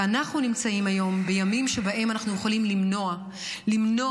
ואנחנו נמצאים היום בימים שבהם אנחנו יכולים למנוע הידרדרות,